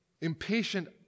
impatient